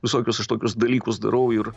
visokius aš tokius dalykus darau ir